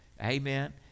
amen